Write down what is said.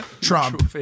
Trump